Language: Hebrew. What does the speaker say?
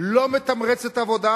לא מתמרצת עבודה.